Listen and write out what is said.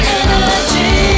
energy